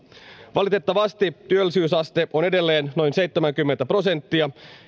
valitettavasti työllisyysaste on edelleen noin seitsemänkymmentä prosenttia